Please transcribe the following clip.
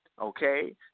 okay